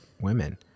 women